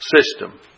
system